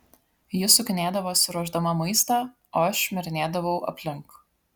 ji sukinėdavosi ruošdama maistą o aš šmirinėdavau aplink